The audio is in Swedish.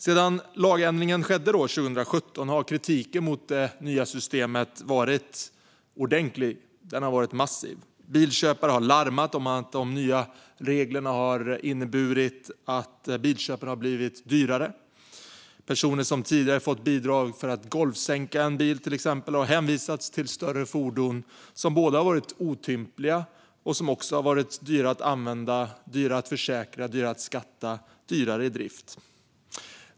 Sedan lagändringen skedde 2017 har kritiken mot det nya systemet varit ordentlig - massiv. Bilköpare har larmat om att de nya reglerna har inneburit att bilköpet har blivit dyrare. Personer som tidigare har fått bidrag för att till exempel golvsänka en bil har hänvisats till större fordon som har varit otympliga och dyra att använda, dyra att försäkra, dyra att skatta och dyra i drift.